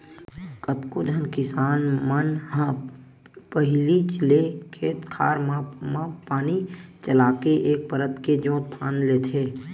कतको झन किसान मन ह पहिलीच ले खेत खार मन म पानी चलाके एक परत के जोंत फांद लेथे